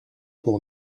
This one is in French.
pour